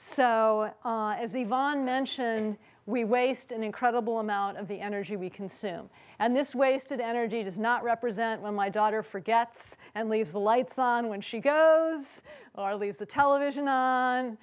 the von mentioned we waste an incredible amount of the energy we consume and this wasted energy does not represent when my daughter forgets and leaves the lights on when she goes or leaves the television on